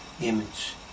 image